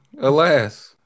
alas